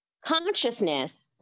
consciousness